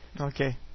Okay